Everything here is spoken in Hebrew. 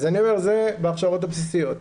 זה בהכשרות הבסיסיות.